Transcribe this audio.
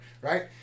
right